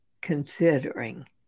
considering